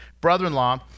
brother-in-law